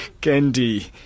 Candy